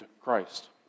Christ